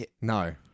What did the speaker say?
No